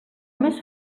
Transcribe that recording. més